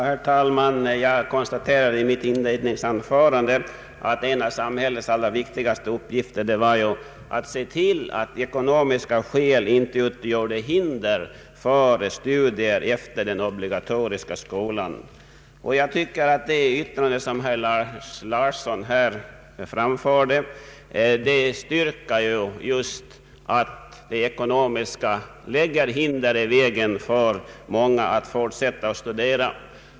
Herr talman! Jag konstaterade i mitt inledningsanförande att en av samhällets allra viktigaste uppgifter var att se till att ekonomiska skäl inte utgjorde hinder för studier efter den obligatoriska skolan. Jag tycker att de synpunkter som herr Lars Larsson här framförde bekräftar just att ekonomiska förhållanden lägger hinder i vägen för många som vill fortsätta att studera.